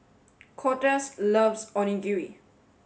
Cortez loves Onigiri